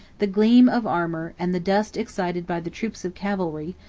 the gleam of armor, and the dust excited by the troops of cavalry,